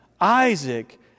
Isaac